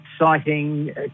exciting